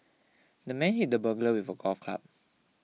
the man hit the burglar with a golf club